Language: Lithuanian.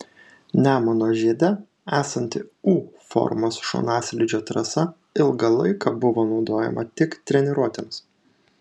nemuno žiede esanti u formos šonaslydžio trasa ilgą laiką buvo naudojama tik treniruotėms